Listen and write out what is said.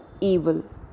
evil